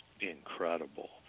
incredible